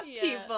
people